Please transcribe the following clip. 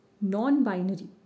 non-binary